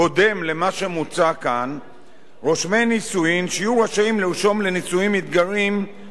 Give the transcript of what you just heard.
רושמי נישואים שיהיו רשאים לרשום לנישואים מתגיירים בכל מקום בארץ.